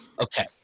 Okay